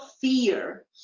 fear